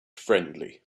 friendly